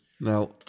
Now